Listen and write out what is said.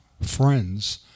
friends